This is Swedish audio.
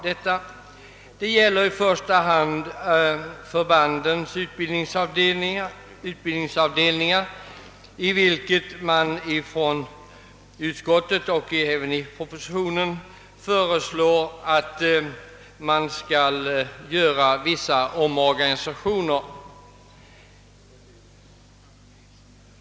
Yrkandena avser i första hand förbandens utbildningsavdelningar beträffande vilka departementschefen i propositionen föreslår viss omorganisation — förslag som utskottsmajoriteten anslutit sig till.